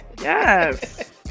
yes